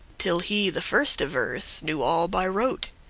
till he the firste verse knew all by rote.